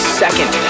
second